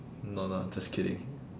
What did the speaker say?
no no I'm just kidding